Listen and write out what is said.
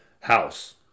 House